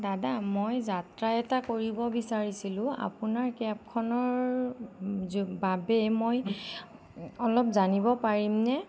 দাদা মই যাত্ৰা এটা কৰিব বিচাৰিছিলোঁ আপোনাৰ কেবখনৰ বাবে মই অলপ জানিব পাৰিমনে